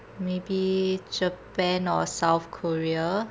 maybe japan or south korea